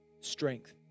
strength